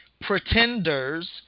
pretenders